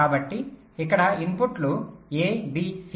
కాబట్టి ఇక్కడ ఇన్పుట్లు a b c